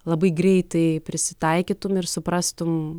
labai greitai prisitaikytum ir suprastum